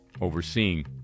overseeing